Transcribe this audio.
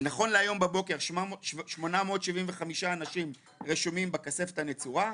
נכון להיום בבוקר 875,000 אנשים רשומים בכספת הנצורה.